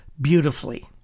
beautifully